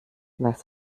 was